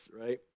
right